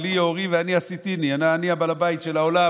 "לי יארי ואני עשיתיני" אני בעל הבית של העולם,